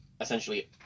essentially